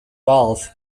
wealth